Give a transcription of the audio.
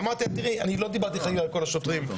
ואמרתי לה שאני לא דיברתי חלילה על כל השוטרים,